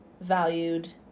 valued